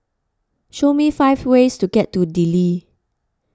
show me five ways to get to Dili